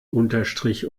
unterstrich